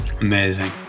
Amazing